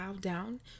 down